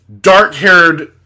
dark-haired